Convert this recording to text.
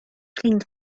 cleaned